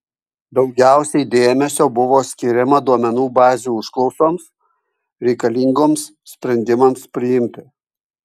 daugiausiai dėmesio buvo skiriama duomenų bazių užklausoms reikalingoms sprendimams priimti